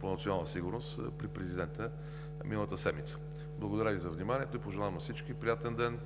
по национална сигурност при Президента миналата седмица. Благодаря Ви за вниманието и пожелавам на всички приятен ден!